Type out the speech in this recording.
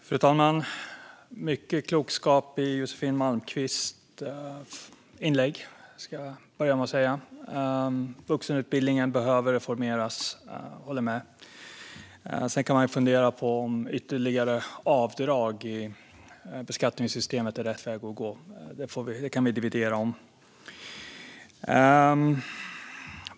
Fru talman! Det var mycket klokskap i Josefin Malmqvists inlägg, ska jag börja med att säga. Vuxenutbildningen behöver reformeras. Det håller jag med om. Sedan kan fundera på om ytterligare avdrag i beskattningssystemet är rätt väg att gå. Det kan vi dividera om.